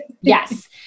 Yes